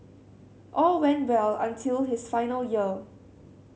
all went well until his final year